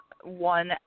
one